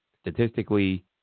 statistically